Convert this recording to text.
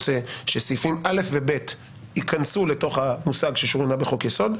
שסעיפים (א) ו-(ב) ייכנסו לתוך המושג של "ששוריינה בחוק יסוד".